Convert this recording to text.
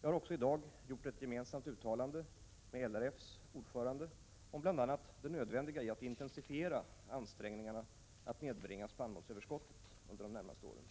Jag har också i dag gjort ett gemensamt uttalande med LRF:s ordförande om bl.a. det nödvändiga i att intensifiera ansträngningarna att nedbringa spannmålsöverskottet under de närmaste åren.